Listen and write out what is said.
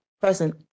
present